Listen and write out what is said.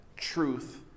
Truth